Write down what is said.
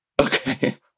Okay